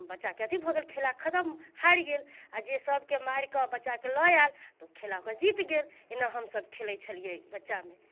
तऽ ओ बच्चाके अथि भऽ गेल खेला खतम हारि गेल आ जे सभकेँ मारि कऽ बच्चाके लऽ आएल तऽ खेलाके जीत गेल एना हम सभ खेलैत छेलियै बच्चामे